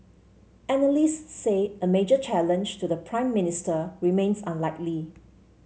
analysts say a major challenge to the Prime Minister remains unlikely